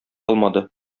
алмады